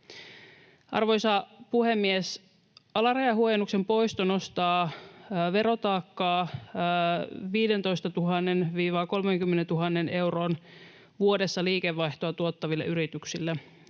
Arvoisa puhemies! Alarajahuojennuksen poisto nostaa verotaakkaa 15 000—30 000 euroa vuodessa liikevaihtoa tuottaville yrityksille.